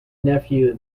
nephew